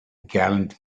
gallant